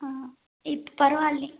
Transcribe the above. ஆ இப்போ பரவால்லியா